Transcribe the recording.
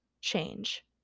change